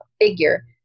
figure